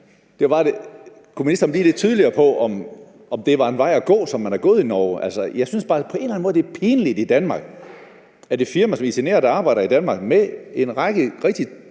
udsat for. Kunne ministeren blive lidt tydeligere på, om det, som man har gjort i Norge, var en vej at gå? Jeg synes bare på en eller anden måde, det er pinligt for Danmark, at et firma som Itinera, der arbejder i Danmark, med en række rigtig